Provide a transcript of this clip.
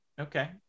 Okay